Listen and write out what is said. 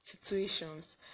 Situations